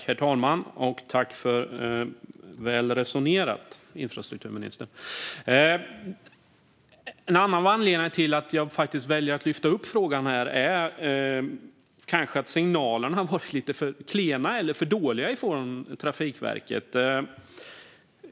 Herr talman! Väl resonerat, infrastrukturministern! En annan anledning till att jag valde att ta upp denna fråga är att signalerna från Trafikverket varit lite för klena, eller för dåliga.